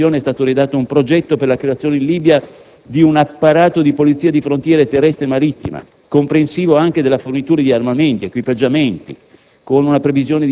Al termine della missione, è stato redatto un progetto per la creazione in Libia di un apparato di polizia di frontiera terrestre e marittima, comprensivo anche della fornitura di armamenti, equipaggiamenti,